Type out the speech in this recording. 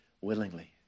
willingly